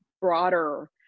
broader